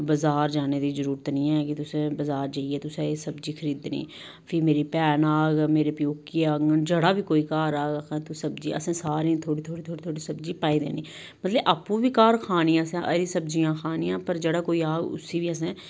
बजार जाने दी जरूरत नेईं ऐ कि तुस बजार जेइयै तुसें एह् सब्जी खरीदनी फ्ही मेरी भैन आग मेरे प्योकियै आङन जेह्ड़ा बी कोई घर आग आक्खग तुस सब्जी असें सारें गी थोह्ड़ी थोह्ड़ी थोह्ड़ी थोह्ड़ी सब्जी पाई देनी मतलब आपूं बी घर खानी असें हरी सब्जियां खानियां पर जेह्ड़ा कोई आग उसी बी असें